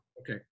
Okay